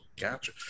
Gotcha